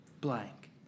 blank